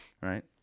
right